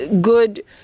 good